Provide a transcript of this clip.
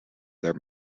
their